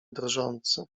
drżący